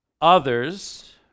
others